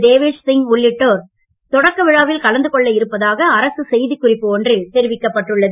தேவேஷ் சிங் உள்ளிட்டோர் தொடக்க விழாவில் கலந்து கொள்ள இருப்பதாக அரசு செய்திக்குறிப்பு ஒன்றில் தெரிவிக்கப்பட்டு உள்ளது